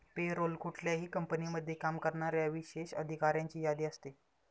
पे role कुठल्याही कंपनीमध्ये काम करणाऱ्या विशेष अधिकाऱ्यांची यादी असते